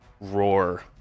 roar